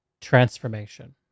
Transformation